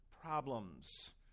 problems